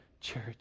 church